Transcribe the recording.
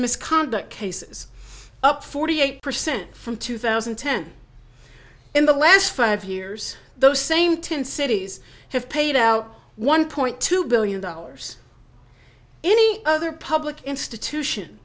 misconduct cases up forty eight percent from two thousand and ten in the last five years those same ten cities have paid out one point two billion dollars any other public institution